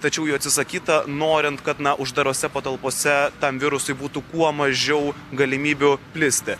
tačiau jų atsisakyta norint kad na uždarose patalpose tam virusui būtų kuo mažiau galimybių plisti